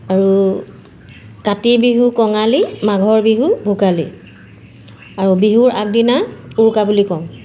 আৰু কাতি বিহু কঙালী মাঘৰ বিহু ভোগালী আৰু বিহুৰ আগদিনা উৰুকা বুলি কওঁ